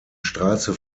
straße